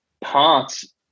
parts